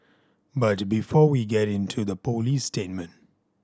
but before we get into the police statement